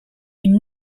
une